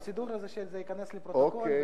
הפרוצדורה היא שזה ייכנס לפרוטוקול,